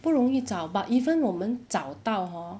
不容易找 but even 我们找到 hor